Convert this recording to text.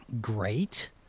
great